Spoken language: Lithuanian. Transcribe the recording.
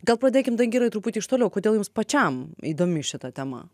gal pradėkim dangirai truputį iš toliau kodėl jums pačiam įdomi šita tema